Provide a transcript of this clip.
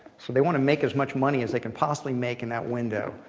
so they want to make as much money as they can possibly make in that window.